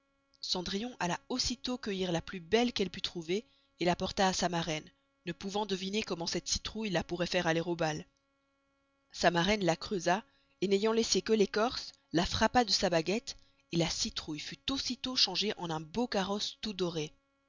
cendrillon alla aussi tost cueillir la plus belle qu'elle put trouver la porta à sa maraine ne pouvant deviner comment cette citroüille la pourroit faire aller au bal sa maraine la creusa n'ayant laissé que l'écorce la frappa de sa baguette la citroüille fut aussi tost changée en un beau carosse tout doré